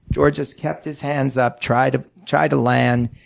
george just kept his hands up, tried to tried to land,